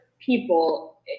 people